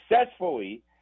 successfully